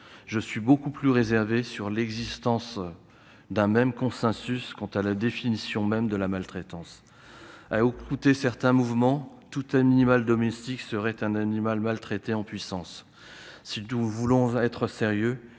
j'admets avec plus de réserves l'existence d'un consensus sur la définition même de la maltraitance. À écouter certains mouvements, tout animal domestique serait un animal maltraité en puissance ... Si nous voulons être sérieux,